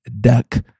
duck